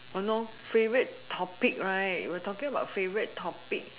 !han norh! favourite topic right we are talking about favourite topic